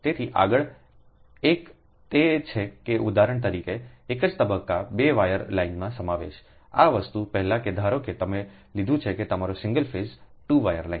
તેથી આગળ એક તે છે કે ઉદાહરણ તરીકે એક જ તબક્કા 2 વાયર લાઇનનો સમાવેશ આ વસ્તુ પહેલાં કે ધારો કે તમે લીધું છે કે તમારા સિંગલ ફેઝ 2 વાયર લાઇન